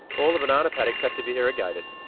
all the banana paddocks have to be irrigated.